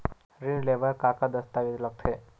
ऋण ले बर का का दस्तावेज लगथे?